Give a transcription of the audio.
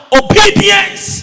obedience